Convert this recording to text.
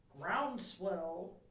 groundswell